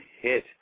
hit